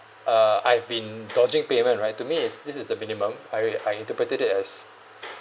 uh I've been dodging payment right to me is this is the minimum I re~ I interpreted it as